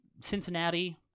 Cincinnati